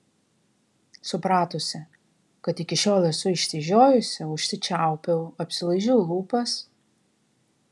supratusi kad iki šiol esu išsižiojusi užsičiaupiau apsilaižiau lūpas